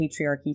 patriarchy